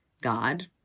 God